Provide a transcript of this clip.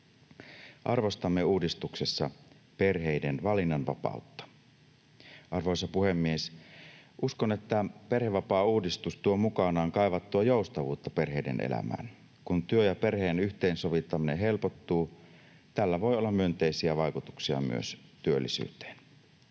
Arvostamme uudistuksessa perheiden valinnanvapautta. Arvoisa puhemies! Uskon, että perhevapaauudistus tuo mukanaan kaivattua joustavuutta perheiden elämään. Kun työn ja perheen yhteensovittaminen helpottuu, tällä voi olla myönteisiä vaikutuksia myös työllisyyteen.